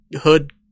hood